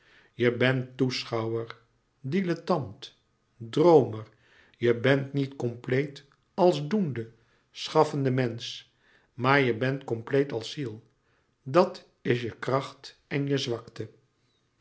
je bent toeschouwer dilettant droomer je bent niet compleet als doende schaffende mensch maar je bent compleet als ziel dat is je kracht en je zwakte